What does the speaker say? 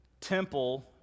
temple